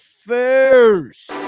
first